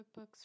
cookbooks